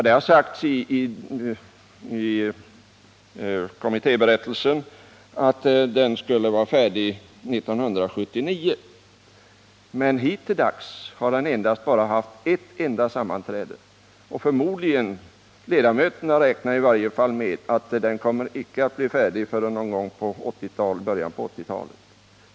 Det har sagts i kommittéberättelsen att den utredningen skulle vara färdig 1979. Men hittills har den endast haft ett enda sammanträde, och ledamöterna räknar i varje fall med att den icke kommer att bli färdig förrän någon gång i början på 1980-talet.